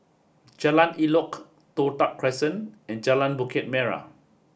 Jalan Elok Toh Tuck Crescent and Jalan Bukit Merah